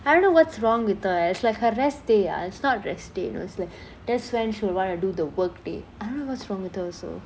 I don't know what's wrong with her eh it's like her rest day ah it's not rest day you know is like that's when she'll want to do the work day I don't know what's wrong with her also